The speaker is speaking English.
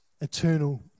eternal